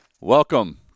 Welcome